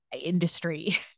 industry